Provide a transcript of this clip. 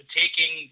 taking